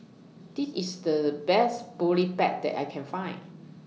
This IS The Best Boribap that I Can Find